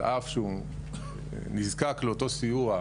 על אף שהוא נזקק לאותו סיוע,